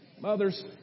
mothers